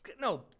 no